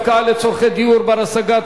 הפקעה לצורכי דיור בר-השגה),